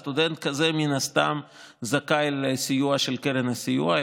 סטודנט כזה מן הסתם זכאי לסיוע של קרן הסיוע,